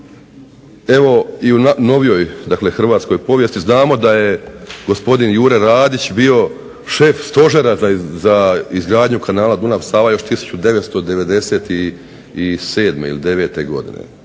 evo i u novijoj dakle hrvatskoj povijesti znamo da je gospodin Jure Radić bio šef Stožera za izgradnju kanala Dunav-Sava još 1997. ili 1999. godine.